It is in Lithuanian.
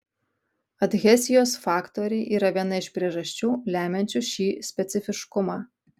adhezijos faktoriai yra viena iš priežasčių lemiančių šį specifiškumą